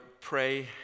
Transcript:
pray